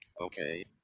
Okay